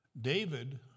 David